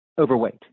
overweight